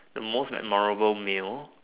the most memorable meal